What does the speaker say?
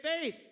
faith